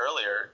earlier